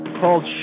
called